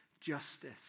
justice